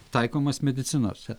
taikomas medicinose